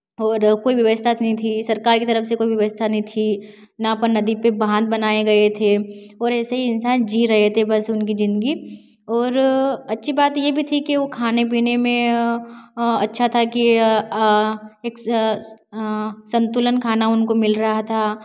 और कोई व्यवस्था नहीं थी सरकार की तरफ से कोई व्यवस्था नहीं थी ना पर नदी पर बांध बनाए गए थे और ऐसे ही इंसान जी रहे थे बस उनकी जिंदगी और अच्छी बात ये भी थी कि वो खाने पीने में अच्छा था कि एक संतुलन खाना उनको मिल रहा था